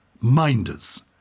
minders